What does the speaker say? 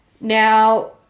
Now